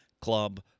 club